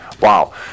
wow